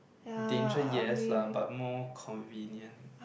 danger yes lah but more convenient